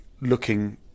looking